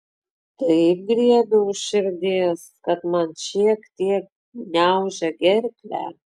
taip griebia už širdies kad man šiek tiek gniaužia gerklę